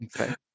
Okay